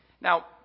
Now